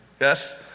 Yes